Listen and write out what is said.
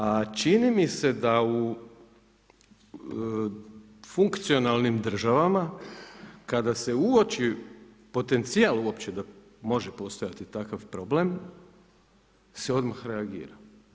A čini mi se da u funkcionalnim državama kada se uoči potencijal da može postojati takav problem se odmah reagira.